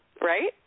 right